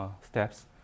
Steps